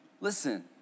listen